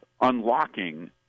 unlocking